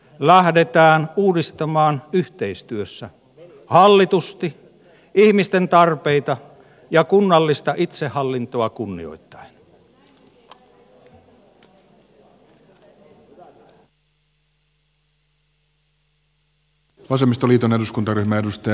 lähdetään uudistamaan yhteistyössä hallitusti ihmisten tarpeita ja kunnallista itsehallintoa kunnioittaen